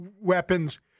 weapons